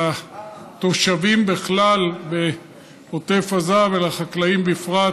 לתושבים בעוטף עזה בכלל ולחקלאים בפרט,